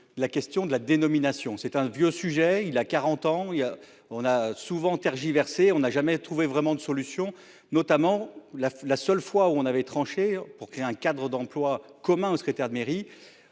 la question de la dénomination c'est un vieux sujet. Il a 40 ans il y a, on a souvent tergiversé. On n'a jamais trouvé vraiment de solution notamment la la seule fois où on avait tranché pour créer un cadre d'emploi commun au secrétaire de mairie.